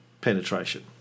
penetration